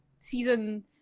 season